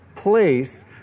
place